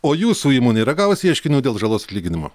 o jūsų įmonė yra gavusi ieškinių dėl žalos atlyginimo